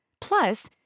Plus